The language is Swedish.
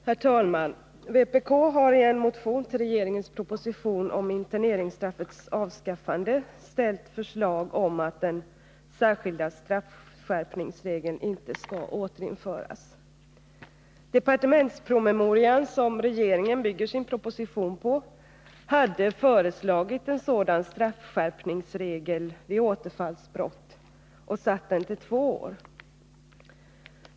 Herr talman! Vpk har i en motion med anledning av regeringens proposition om interneringsstraffets avskaffande ställt förslag om att den särskilda straffskärpningsregeln inte skall återinföras. Departementspromemorian, som regeringen bygger sin proposition på, hade föreslagit en sådan straffskärpningsregel vid återfallsbrott och satt den tilltvå år.